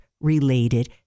related